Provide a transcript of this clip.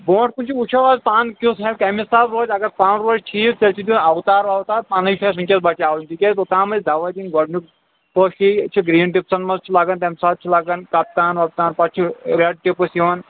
برٛوٗنٛٹھ کُن تہِ وُچھو حظ پن کیُتھ آسہِ کمہِ حِسابہٕ روزِ اگر پن روزِ ٹھیٖک تیٚلہِ چھُ دیُن اوتار ووتار پنٕے چھُ اَسہِ وُنکیٚس بچاوُن تِکیٛازِ توٚتام ٲسۍ دوا دِنۍ گۄڈنیُک فوٹی چھُ گریٖن ٹِپسن منٛز چھِ لگان تمہِ ساتہٕ چھِ لگان کپتان وپتان پتہٕ چھُ ریڈ ٹِپس یِوان